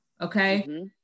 okay